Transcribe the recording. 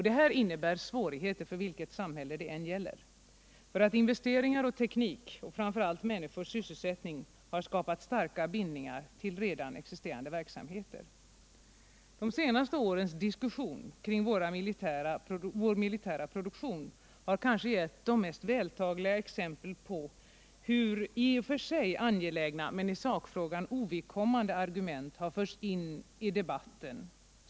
Detta innebär svårigheter för vilket samhälle det än gäller, därför att investeringar och teknik och framför allt människors sysselsättning har skapat starka bindningar till redan existerande verksamheter. De senaste årens diskussion om vår militära produktion har kanske givit de mest vältaliga exemplen på hur i och för sig angelägna men i sakfrågan ovidkommande argument har förts in i debatten.